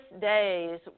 days